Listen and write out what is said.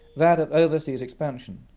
that of overseas expansion.